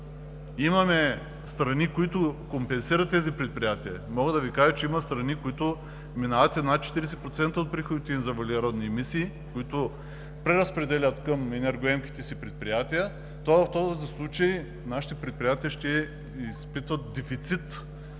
имаме страни, които компенсират тези предприятия, мога да Ви кажа, че има страни, които минават над 40% от приходите от въглеродни емисии, които преразпределят към енергоемките си предприятия, то в този случай нашите предприятия ще изпитват дефицит